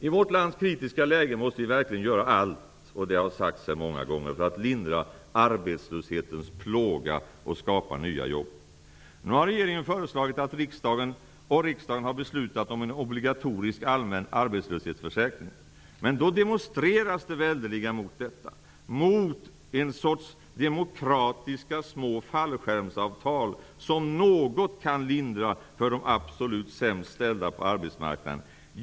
I vårt lands kritiska läge måste vi verkligen göra allt -- det har sagts här många gånger -- för att lindra arbetslöshetens plåga och skapa nya jobb. Nu har regeringen föreslagit och riksdagen beslutat om en obligatorisk allmän arbetslöshetsförsäkring. Då demonstreras det väldigt mot detta. Det demonstreras mot ett slags demokratiska små fallskärmsavtal som något kan lindra för de absolut sämst ställda på arbetsmarknaden.